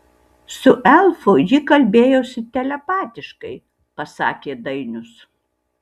su elfu ji kalbėjosi telepatiškai pasakė dainius